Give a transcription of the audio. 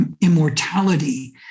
immortality